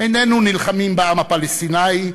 איננו נלחמים בעם הפלסטיני.